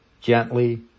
gently